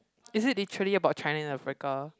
is it literally about China Africa